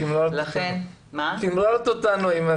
צימררת אותנו.